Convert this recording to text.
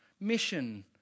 mission